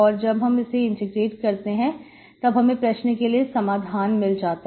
और जब हम इसे इंटीग्रेट करते हैं तब हमें प्रश्न के लिए समाधान मिल जाता है